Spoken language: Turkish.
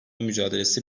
mücadelesi